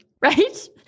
right